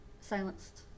silenced